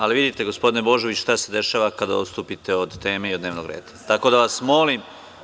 Ali, vidite gospodine Božoviću šta se dešava kada odstupite od teme i od dnevnog reda, tako da vas molim.